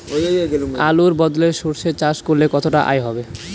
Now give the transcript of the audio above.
আলুর বদলে সরষে চাষ করলে কতটা আয় হবে?